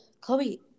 Chloe